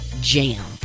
jam